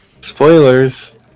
spoilers